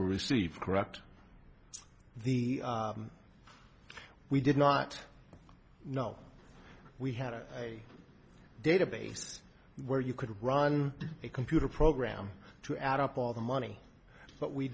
receive correct the we did not know we had a database where you could run a computer program to add up all the money but we